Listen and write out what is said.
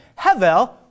Hevel